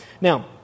Now